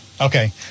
Okay